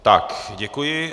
Tak, děkuji.